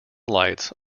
lights